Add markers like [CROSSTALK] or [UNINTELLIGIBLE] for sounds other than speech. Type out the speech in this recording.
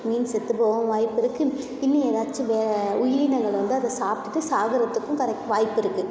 மீன் செத்துப் போகவும் வாய்ப்பிருக்குது இன்னும் ஏதாச்சும் வே உயிரினங்கள் வந்து அதை சாப்பிட்டுட்டு சாகுறத்துக்கும் [UNINTELLIGIBLE] வாய்ப்பிருக்குது